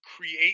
create